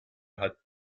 hat